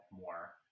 more